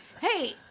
hey